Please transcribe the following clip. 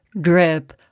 drip